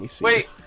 Wait